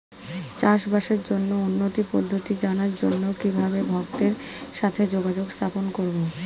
চাষবাসের জন্য উন্নতি পদ্ধতি জানার জন্য কিভাবে ভক্তের সাথে যোগাযোগ স্থাপন করব?